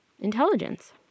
Intelligence